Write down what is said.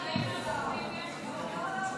כך הרבה רגעים עצובים יש פה.